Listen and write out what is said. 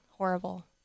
Horrible